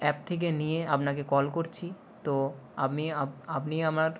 app থেকে নিয়ে আপনাকে কল করছি তো আমি আপনি আমার